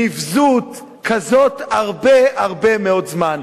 נבזות כזאת, הרבה הרבה מאוד זמן.